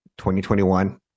2021